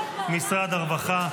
משרד הרווחה,